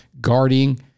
guarding